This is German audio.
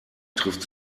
trifft